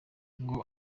ngo